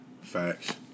Facts